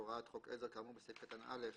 על הוראת חוק עזר כאמור בסעיף קטן (א),